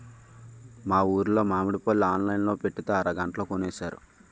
మా ఊరులో మావిడి పళ్ళు ఆన్లైన్ లో పెట్టితే అరగంటలో కొనేశారు